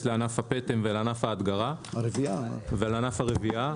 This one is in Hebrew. לענף הפטם ולענף ההדגרה ולפדיון ענף הרבייה.